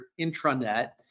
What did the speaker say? intranet